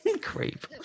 Creep